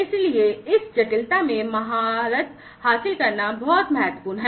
इसलिए इस जटिलता में महारत हासिल करना बहुत महत्वपूर्ण है